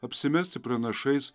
apsimesti pranašais